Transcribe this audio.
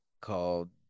called